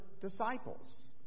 disciples